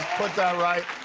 put that right